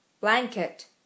Blanket